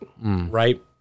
Right